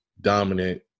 dominant